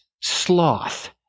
sloth